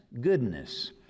goodness